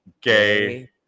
gay